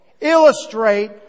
illustrate